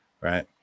Right